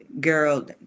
girl